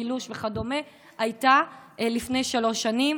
בילוש וכדומה הייתה לפני שלוש שנים,